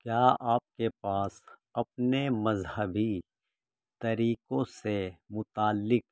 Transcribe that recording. کیا آپ کے پاس اپنے مذہبی طریقوں سے متعلق